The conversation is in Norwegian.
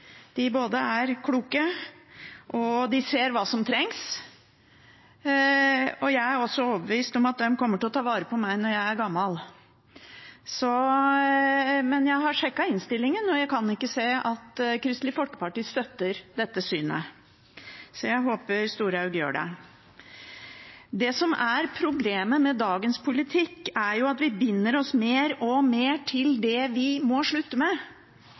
både er kloke og ser hva som trengs. Jeg er også overbevist om at de kommer til å ta vare på meg når jeg er gammel. Men jeg har sjekket innstillingen, og jeg kan ikke se at Kristelig Folkeparti støtter dette synet. Jeg håper Storehaug gjør det. Det som er problemet med dagens politikk, er at vi binder oss mer og mer til det vi må slutte med.